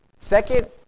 Second